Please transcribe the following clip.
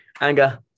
Anger